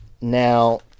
Now